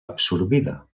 absorbida